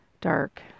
dark